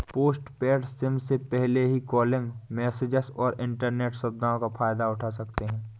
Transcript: postpaid sim में पहले ही कॉलिंग, मैसेजस और इन्टरनेट सुविधाओं का फायदा उठा सकते हैं